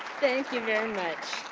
thank you very much.